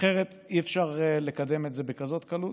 אחרת אי-אפשר לקדם את זה בכזאת קלות